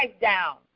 down